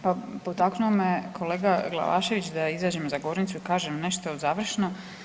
Pa potaknuo me kolega Glavašević da izađem za govornicu i kažem nešto završno.